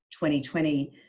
2020